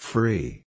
Free